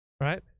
right